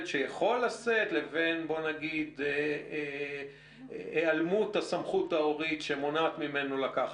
שיכול לשאת ובין היעלמות הסמכות ההורית שמונעת ממנו לקחת.